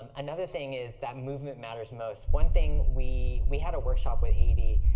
um another thing is that movement matters most one thing, we we had a workshop with adi.